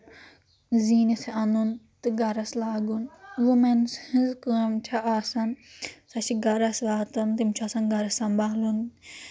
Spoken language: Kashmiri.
زیٖنِتھ اَنُن تہٕ گَرَس لاگُن وُمین ہٕنٛز کٲم چھِ آسان سۄ چھِ گَرَس واتُن تٔمِس چھُ آسان گَرٕ سمبالُن